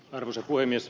arvoisa puhemies